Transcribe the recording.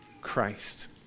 Christ